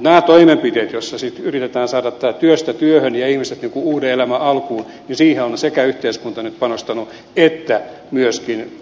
nämä toimenpiteet joilla sitten yritetään saada ihmiset työstä työhön ja uuden elämän alkuun niihin on yhteiskunta nyt panostanut ja myöskin